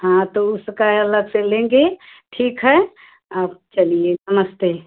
हाँ तो उसका अलग से लेंगे ठीक है अब चलिए नमस्ते